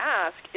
ask